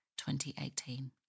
2018